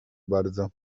bardzo